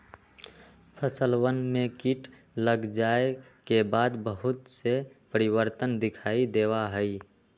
फसलवन में कीट लग जाये के बाद बहुत से परिवर्तन दिखाई देवा हई